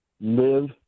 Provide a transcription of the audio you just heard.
live